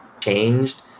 changed